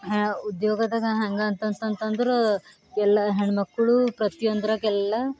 ಉದ್ಯೋಗದಾಗ ಹೆಂಗೆ ಅಂತಂತಂತಂದರೆ ಎಲ್ಲ ಹೆಣ್ಮಕ್ಕಳು ಪ್ರತಿಯೊಂದ್ರಾಗೆಲ್ಲ